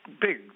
big